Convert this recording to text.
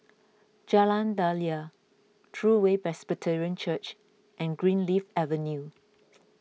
Jalan Daliah True Way Presbyterian Church and Greenleaf Avenue